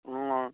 ও